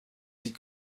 die